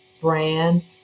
brand